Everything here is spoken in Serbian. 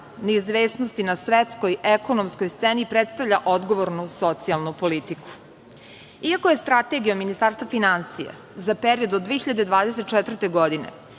neizvesnosti na svetskoj ekonomskoj sceni predstavlja odgovornu socijalnu politiku. Iako je Strategijom Ministarstva finansija za period do 2024. godine